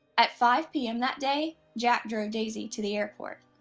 at five pm that day, jack drove daisie to the airport.